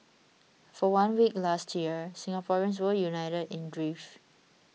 for one week last year Singaporeans were united in grief